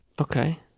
Okay